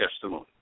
testimony